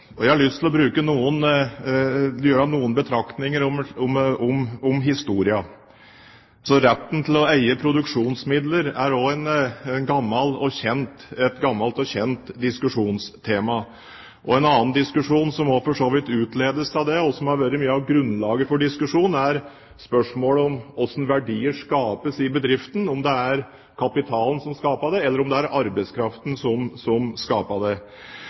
lenge. Jeg har lyst til å gjøre meg noen betraktninger om historien. Retten til å eie produksjonsmidler er også et gammelt og kjent diskusjonstema. En annen diskusjon, som for så vidt utledes av det, og som har vært mye av grunnlaget for diskusjonen, er spørsmålet om hvordan verdier skapes i bedriften, om det er kapitalen som skaper dem, eller om det er arbeidskraften som skaper